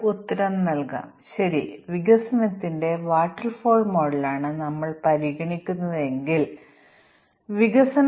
ഇത് ഒരു സ്ട്രക്ചർ രൂപകൽപ്പനയുടെ ഒരു ഉദാഹരണമാണ് അല്ലെങ്കിൽ മൊഡ്യൂളുകൾ പരസ്പരം എങ്ങനെ വിളിക്കുന്നു എന്നതിന്റെ ഉദാഹരണമാണ്